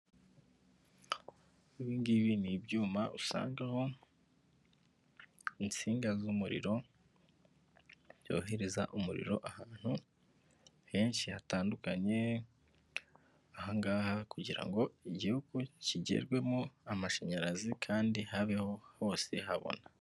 Ibi ngibi ni ibyuma usangaho insinga z'umuriro byohereza umuriro ahantu henshi hatandukanye, aha ngaha kugira ngo igihugu kigerwemo amashanyarazi kandi habeho hose habona.